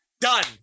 done